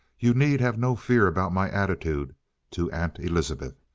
you need have no fear about my attitude to aunt elizabeth.